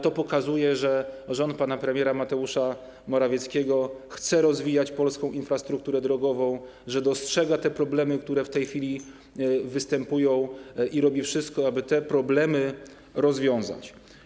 To pokazuje, że rząd pana premiera Mateusza Morawieckiego chce rozwijać polską infrastrukturę drogową, że dostrzega te problemy, które w tej chwili występują, i robi wszystko, aby te problemy rozwiązać.